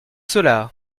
cela